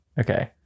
Okay